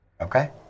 Okay